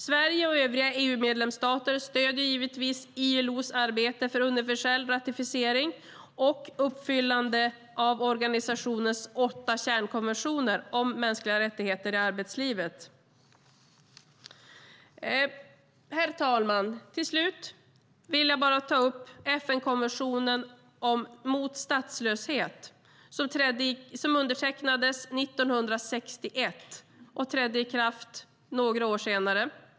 Sverige och övriga EU-medlemsstater stöder givetvis ILO:s arbete för universell ratificering och uppfyllande av organisationens åtta kärnkonventioner om mänskliga rättigheter i arbetslivet. Herr talman! Till slut vill jag ta upp FN-konventionen mot statslöshet som undertecknades 1961 och trädde i kraft några år senare.